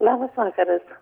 labas vakaras